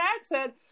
accent